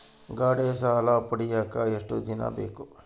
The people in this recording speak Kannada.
ಗಾಡೇ ಸಾಲ ಪಡಿಯಾಕ ಎಷ್ಟು ದಿನ ಬೇಕು?